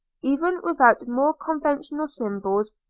even without more conventional symbols,